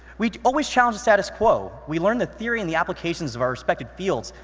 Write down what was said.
we always challenge the status quo. we learn the theory and the applications of our respective fields,